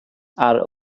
are